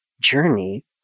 journey